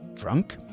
drunk